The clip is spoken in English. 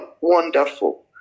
Wonderful